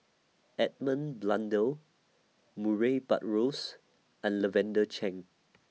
Edmund Blundell Murray Buttrose and Lavender Chang